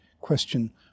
question